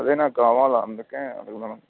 అదే నాకు కావాలా అందుకే అడుగుదాము